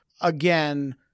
Again